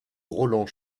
roland